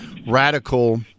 radical